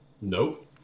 Nope